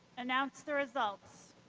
announce the results.